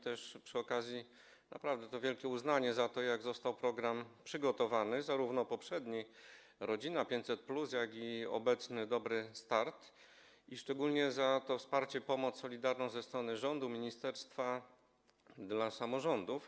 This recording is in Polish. Też przy okazji naprawdę wielkie uznanie za to, jak program został przygotowany, zarówno poprzedni, „Rodzina 500+”, jak i obecny, „Dobry start”, a szczególnie za to wsparcie, solidarną pomoc ze strony rządu, ministerstwa dla samorządów.